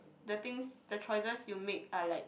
the things the choices you make are like